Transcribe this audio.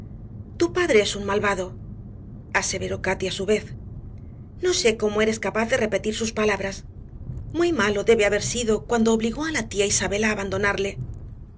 tu padre es un malvado aseveró cati a su vez no sé como eres capaz de repetir sus palabras muy malo debe haber sido cuando obligó a la tía isabel a abandonarle